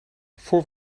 voor